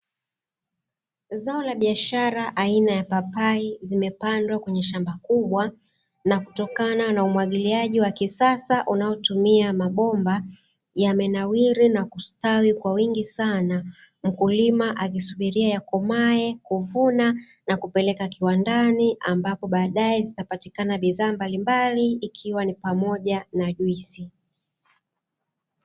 Zao la biashara aina ya papai zimepandwa kwenye shamba kubwa, na kutokana na umwagiliaji wa kisasa unaotumia mabomba yamenawiri na kustawi kwa wingi sana; mkulima akisubiria yakomae, kuvuna na kupeleka kiwandani ambapo baadaye zitapatikana bidhaa mbalimbali ikiwa ni pamoja na juisi.